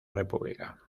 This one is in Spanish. república